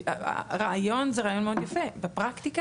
כי הרעיון זה רעיון מאוד יפה, בפרקטיקה